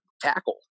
tackle